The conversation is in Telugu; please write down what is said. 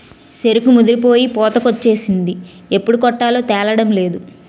సెరుకు ముదిరిపోయి పూతకొచ్చేసింది ఎప్పుడు కొట్టాలో తేలడంలేదు